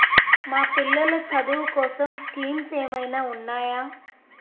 మా పిల్లలు చదువు కోసం స్కీమ్స్ ఏమైనా ఉన్నాయా?